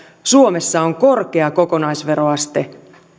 suomessa on korkea kokonaisveroaste